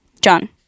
John